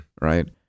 right